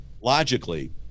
logically